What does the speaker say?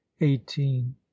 eighteen